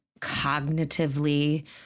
cognitively